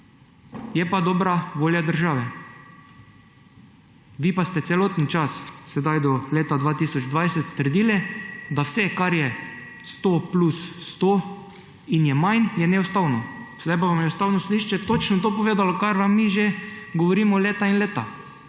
je pa dobra volja države. Vi pa ste celoten čas do leta 2020 trdili, da vse, kar je 100 plus 100 in je manj, je neustavno. Sedaj pa vam je Ustavno sodišče točno to povedalo, kar vam mi govorimo že leta in leta